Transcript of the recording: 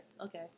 Okay